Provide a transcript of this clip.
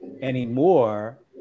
anymore